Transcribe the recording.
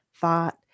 thought